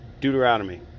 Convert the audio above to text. Deuteronomy